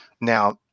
Now